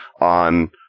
on